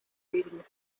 reading